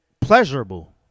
pleasurable